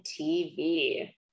TV